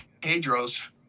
Pedro's